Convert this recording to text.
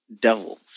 devil